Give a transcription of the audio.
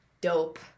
dope